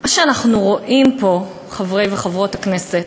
מה שאנחנו רואים פה, חברי וחברות הכנסת,